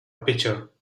pitcher